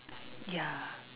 ya